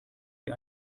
wie